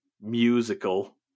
musical